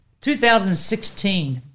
2016